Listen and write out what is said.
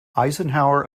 eisenhower